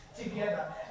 together